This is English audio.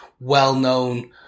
well-known